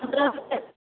पनरह रुपै